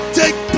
take